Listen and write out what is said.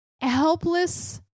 helpless